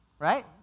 right